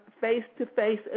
face-to-face